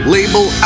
Label